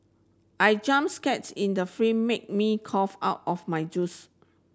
I jump scares in the film made me cough out of my juice